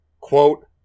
Quote